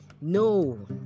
no